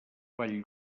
vall